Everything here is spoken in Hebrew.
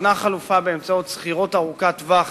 ניתנה חלופה באמצעות שכירות ארוכת טווח